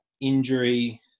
injury